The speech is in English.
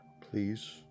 Please